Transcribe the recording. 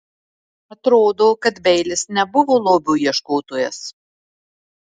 atrodo kad beilis nebuvo lobių ieškotojas